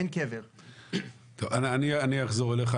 אני אחזור אליך.